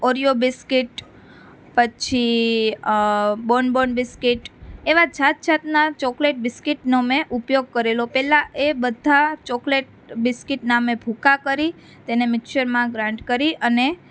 Oreo biscuit પછી bon bon biscuit એવાં જાત જાતનાં ચોકલેટ બિસ્કીટનો મેં ઉપયોગ કરેલો પહેલાં એ બધા ચોકલેટ બિસ્કીટનાં મેં ભૂકા કરી તેને મિક્સરમાં ગ્રાઈન્ડ કરી અને તેને